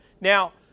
Now